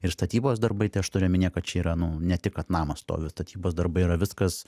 ir statybos darbai tai aš turiu omenyje kad čia yra nu ne tik kad namas stovi statybos darbai yra viskas